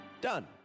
Done